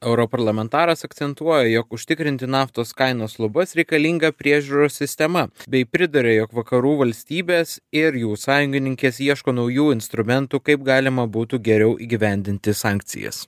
europarlamentaras akcentuoja jog užtikrinti naftos kainos lubas reikalinga priežiūros sistema bei priduria jog vakarų valstybės ir jų sąjungininkės ieško naujų instrumentų kaip galima būtų geriau įgyvendinti sankcijas